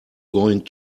going